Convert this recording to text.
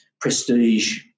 prestige